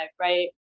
right